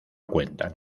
cuentan